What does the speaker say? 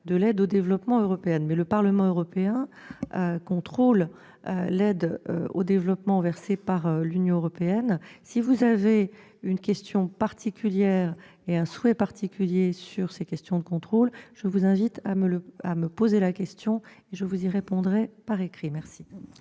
de l'aide au développement européenne. Mais le Parlement européen contrôle l'aide au développement versée par l'Union européenne. Si vous avez, monsieur le sénateur, une question particulière et un souhait particulier s'agissant de ces questions de contrôle, je vous invite à me les communiquer et je vous répondrai par écrit. La